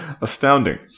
astounding